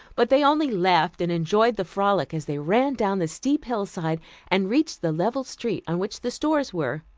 but they only laughed and enjoyed the frolic as they ran down the steep hillside and reached the level street on which the stores were.